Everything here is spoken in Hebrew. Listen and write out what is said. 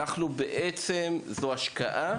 זו בעצם השקעה,